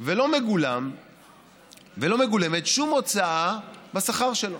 ולא מגולמת שום הוצאה בשכר שלו,